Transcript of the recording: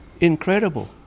incredible